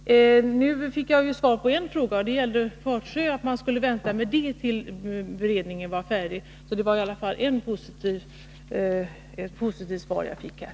Nu fick jag ju svar på en fråga, den om Fatsjön: att man skulle vänta med beslut i det ärendet tills beredningen var färdig med sitt arbete. Det var i alla fall ett positivt besked.